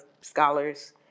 scholars